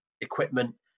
equipment